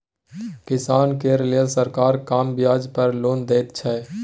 किसान केर लेल सरकार कम ब्याज पर लोन दैत छै